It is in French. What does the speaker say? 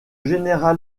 général